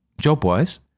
Job-wise